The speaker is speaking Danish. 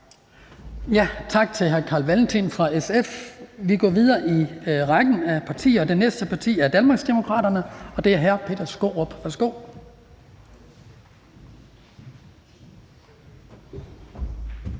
Tak til hr. Carl Valentin fra SF. Vi går videre i rækken af partier. Den næste ordfører er fra Danmarksdemokraterne, og det er hr. Peter Skaarup.